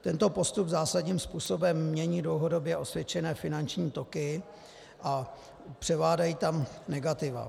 Tento postup zásadním způsobem mění dlouhodobě osvědčené finanční toky a převládají tam negativa.